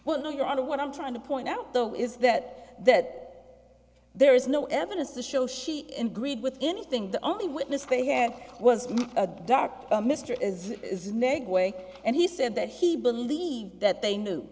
will know you're out of what i'm trying to point out though is that that there is no evidence to show she in greed with anything the only witness they had was that mr is is meg way and he said that he believed that they knew